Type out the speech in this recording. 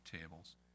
tables